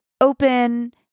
open